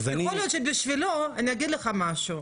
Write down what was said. אני אגיד לך משהו,